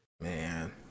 Man